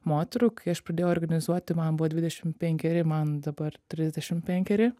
moterų kai aš pradėjau organizuoti man buvo dvidešim penkeri man dabar trisdešim penkeri